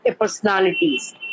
personalities